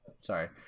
Sorry